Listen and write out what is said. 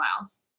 miles